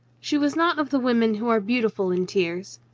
she was not of the women who are beautiful in tears.